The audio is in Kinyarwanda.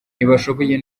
ntibashoboye